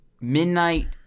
Midnight